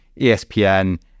ESPN